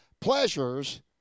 pleasures